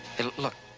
hey, look.